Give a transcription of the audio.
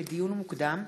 לדיון מוקדם: